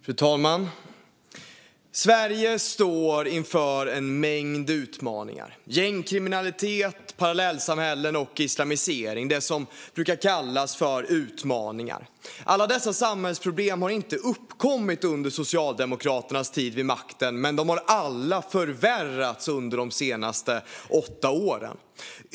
Fru talman! Sverige står inför en mängd utmaningar. Gängkriminalitet, parallellsamhällen och islamisering är sådant som brukar kallas "utmaningar". Alla dessa samhällsproblem har inte uppkommit under Socialdemokraternas tid vid makten, men de har alla förvärrats under de senaste åtta åren.